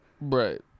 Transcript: Right